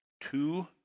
Two